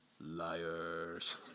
Liars